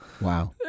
wow